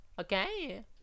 Okay